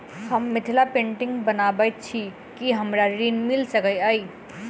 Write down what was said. हम मिथिला पेंटिग बनाबैत छी की हमरा ऋण मिल सकैत अई?